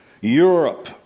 Europe